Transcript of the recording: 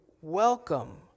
welcome